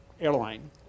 airline